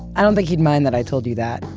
i don't think he'd mind that i told you that.